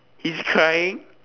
he's crying